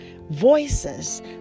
voices